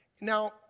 Now